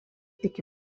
iki